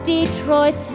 Detroit